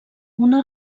una